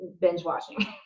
binge-watching